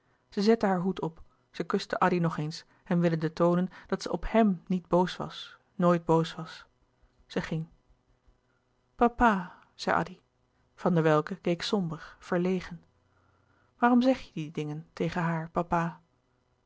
zette haar hoed op zij kuste addy nog eens hem willende toonen dat zij op hèm niet boos was nooit boos was zij ging papa zei addy van der welcke keek somber verlegen waarom zeg je die dingen tegen haar papa